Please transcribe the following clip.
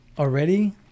already